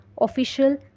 official